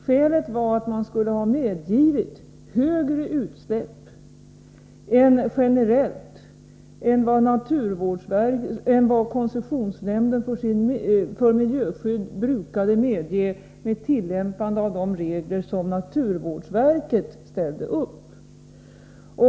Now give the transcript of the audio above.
Skälet var att man skulle ha medgivit större utsläpp än generellt, än vad koncessionsnämnden för miljöskydd brukade medge, med tillämpande av de regler som naturvårdsverket ställt upp.